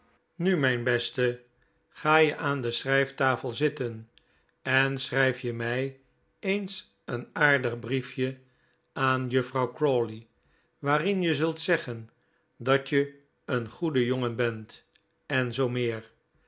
nu mijn beste ga je aan de schrijftafel zitten en schrijf je mij eens een aardig brief je aan juffrouw crawley waarin je zult zeggen dat je een goeie jongen bent en zoo meer